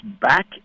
back